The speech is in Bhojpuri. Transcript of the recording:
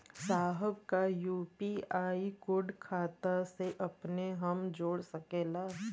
साहब का यू.पी.आई कोड खाता से अपने हम जोड़ सकेला?